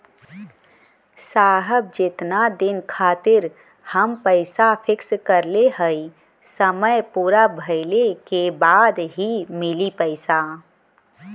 साहब जेतना दिन खातिर हम पैसा फिक्स करले हई समय पूरा भइले के बाद ही मिली पैसा?